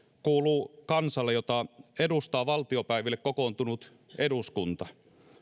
kuuluu kansalle jota edustaa valtiopäiville kokoontunut eduskunta